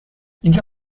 اینجا